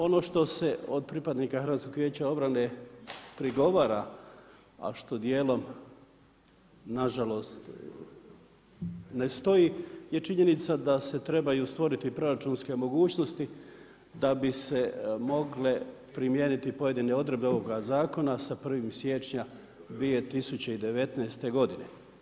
Ono što se od pripadnika HVO-a prigovara a što dijelom nažalost ne stoji je činjenica da se trebaju stvoriti proračunske mogućnosti da bi se mogle primijeniti pojedine odredbe ovoga zakona sa 1. siječnja 2019. godine.